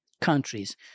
countries